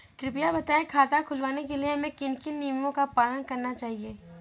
कृपया बताएँ खाता खुलवाने के लिए हमें किन किन नियमों का पालन करना चाहिए?